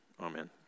Amen